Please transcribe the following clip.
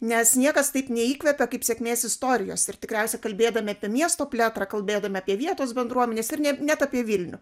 nes niekas taip neįkvepia kaip sėkmės istorijos ir tikriausiai kalbėdami apie miesto plėtrą kalbėdami apie vietos bendruomenes ir ne net apie vilnių